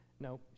No